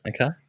Okay